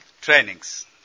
trainings